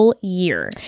year